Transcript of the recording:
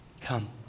Come